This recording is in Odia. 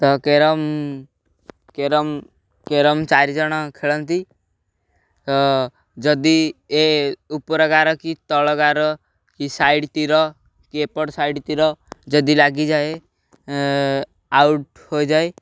ତ କ୍ୟାରମ୍ କ୍ୟାରମ୍ କ୍ୟାରମ୍ ଚାରି ଜଣ ଖେଳନ୍ତି ତ ଯଦି ଏ ଉପର ଗାର କି ତଳ ଗାର କି ସାଇଡ଼୍ ତୀର କି ଏପଟ ସାଇଡ଼୍ ତୀର ଯଦି ଲାଗିଯାଏ ଆଉଟ୍ ହୋଇଯାଏ